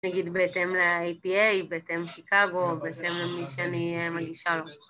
נגיד בהתאם ל-IPA, בהתאם לשיקגו, בהתאם למי שאני מגישה לו